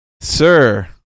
Sir